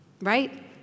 right